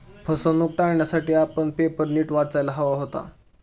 फसवणूक टाळण्यासाठी आपण पेपर नीट वाचायला हवा होता